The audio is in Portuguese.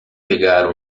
pegar